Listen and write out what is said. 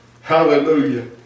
Hallelujah